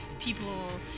people